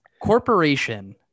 corporation